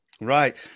Right